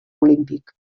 olímpic